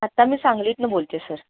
आत्ता मी सांगलीतून बोलते सर